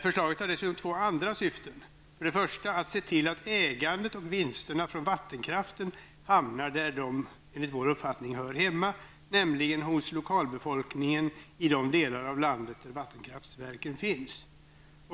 Förslaget har dessutom två andra syften: För det första att se till att ägandet och vinsterna från vattenkraften hamnar där de enligt vår uppfattning hör hemma, nämligen hos lokalbefolkningen i de delar av landet där vattenkraftverken finns.